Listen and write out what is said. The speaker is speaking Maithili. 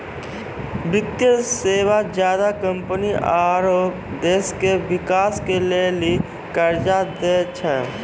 वित्तीय सेवा ज्यादा कम्पनी आरो देश के बिकास के लेली कर्जा दै छै